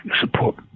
support